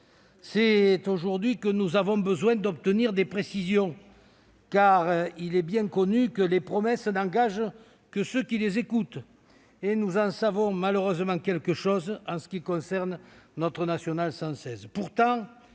C'est aujourd'hui que nous avons besoin d'obtenir des précisions, car il est bien connu que les promesses n'engagent que ceux qui les écoutent. Nous en savons malheureusement quelque chose en ce qui concerne notre nationale 116.